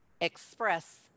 express